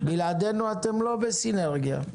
בלעדינו אתם לא בסינרגיה.